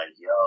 yo